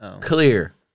clear